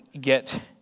get